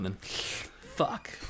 Fuck